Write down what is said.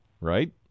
right